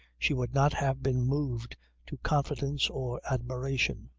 she would not have been moved to confidence or admiration.